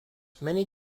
many